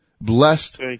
blessed